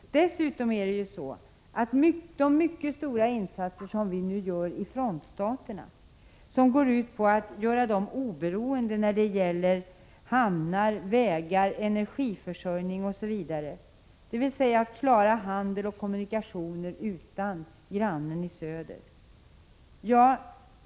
De stora insatser som vi nu gör i frontstaterna går ut på att göra dem oberoende när det gäller hamnar, vägar, energiförsörjning, osv., dvs. hjälpa dem att klara handel och kommunikationer utan grannen i söder.